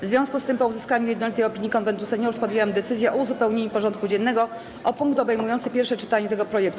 W związku z tym, po uzyskaniu jednolitej opinii Konwentu Seniorów, podjęłam decyzję o uzupełnieniu porządku dziennego o punkt obejmujący pierwsze czytanie tego projektu.